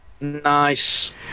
nice